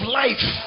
life